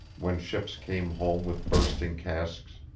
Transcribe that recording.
when ships came home with bursting casks,